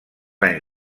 anys